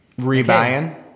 Rebuying